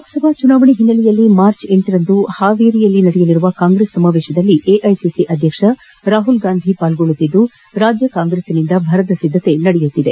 ಲೋಕಸಭಾ ಚುನಾವಣೆಯ ಹಿನ್ನೆಲೆಯಲ್ಲಿ ಮಾರ್ಚ್ ಲರಂದು ಹಾವೇರಿಯಲ್ಲಿ ನಡೆಯಲಿರುವ ಕಾಂಗ್ರೆಸ್ ಸಮಾವೇಶದಲ್ಲಿ ಎಐಸಿಸಿ ಅಧ್ಯಕ್ಷ ರಾಹುಲ್ ಗಾಂಧಿ ಭಾಗವಹಿಸುತ್ತಿದ್ದು ರಾಜ್ಯ ಕಾಂಗ್ರೆಸ್ಸಿನಿಂದ ಭರದ ಸಿದ್ದತೆ ನಡೆದಿದೆ